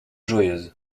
joyeuse